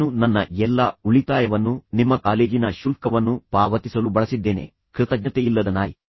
ನಾನು ನನ್ನ ಎಲ್ಲಾ ಉಳಿತಾಯವನ್ನು ನಿಮ್ಮ ಕಾಲೇಜಿನ ಶುಲ್ಕವನ್ನು ಪಾವತಿಸಲು ಬಳಸಿದ್ದೇನೆ ಕೃತಜ್ಞತೆಯಿಲ್ಲದ ನಾಯಿ